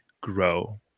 grow